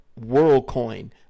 WorldCoin